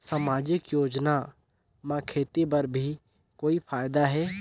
समाजिक योजना म खेती बर भी कोई फायदा है?